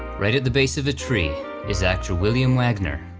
right at the base of a tree is actor william wagner.